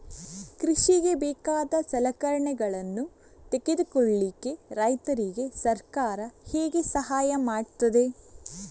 ಕೃಷಿಗೆ ಬೇಕಾದ ಸಲಕರಣೆಗಳನ್ನು ತೆಗೆದುಕೊಳ್ಳಿಕೆ ರೈತರಿಗೆ ಸರ್ಕಾರ ಹೇಗೆ ಸಹಾಯ ಮಾಡ್ತದೆ?